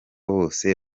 bose